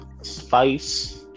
spice